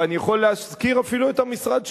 ואני יכול להזכיר אפילו את המשרד שלי.